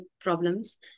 problems